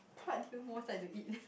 what do you most like to eat